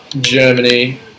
Germany